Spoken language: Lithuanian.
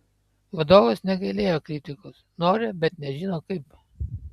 vadovas negailėjo kritikos nori bet nežino kaip